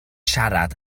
siarad